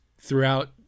throughout